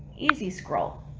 easy scroll.